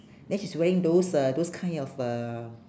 then he's wearing those uh those kind of uh